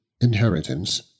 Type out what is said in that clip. inheritance